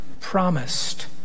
promised